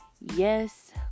Yes